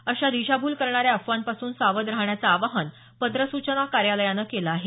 अशा दिशाभूल करणाऱ्या अफवांपासून सावध राहण्याचं आवाहन पत्र सूचना कार्यालयानं केलं आहे